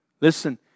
Listen